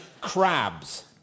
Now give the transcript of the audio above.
crabs